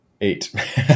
eight